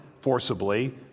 forcibly